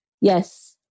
Yes